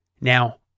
Now